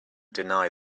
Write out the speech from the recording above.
deny